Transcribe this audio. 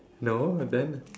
no then